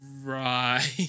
right